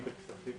בשנת 2020,